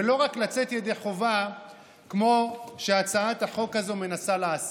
ולא רק לצאת ידי חובה כמו שהצעת החוק הזאת מנסה לעשות.